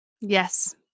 Yes